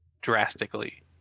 drastically